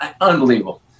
Unbelievable